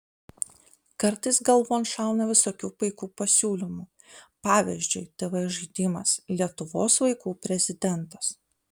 kartais galvon šauna visokių paikų pasiūlymų pavyzdžiui tv žaidimas lietuvos vaikų prezidentas